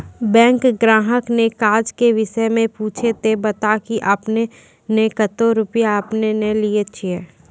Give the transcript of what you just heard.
Bank ग्राहक ने काज के विषय मे पुछे ते बता की आपने ने कतो रुपिया आपने ने लेने छिए?